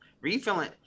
refilling